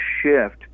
shift